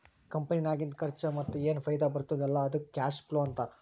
ಕಂಪನಿನಾಗಿಂದ್ ಖರ್ಚಾ ಮತ್ತ ಏನ್ ಫೈದಾ ಬರ್ತುದ್ ಅಲ್ಲಾ ಅದ್ದುಕ್ ಕ್ಯಾಶ್ ಫ್ಲೋ ಅಂತಾರ್